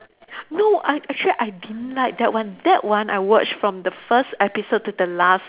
no I actually I didn't like that one that one I watched from the first episode to the last